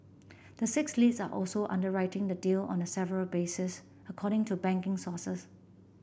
the six leads are also underwriting the deal on a several basis according to banking sources